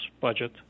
budget